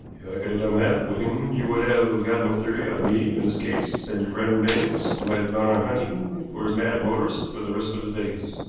if i could have done that, wigan, you would have got no theory out of me in this case, and your friend baines might have gone on hunting for his mad motorist for the rest of his days.